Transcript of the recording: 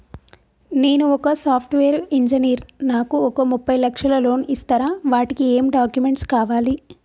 నేను ఒక software engineer నాకు ఒక ముప్పై లక్షల లోన్ ఇస్తరా? వాటికి ఏం డాక్యుమెంట్స్ కావాలి?